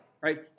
right